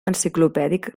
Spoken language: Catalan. enciclopèdic